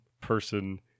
person